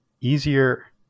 easier